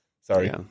Sorry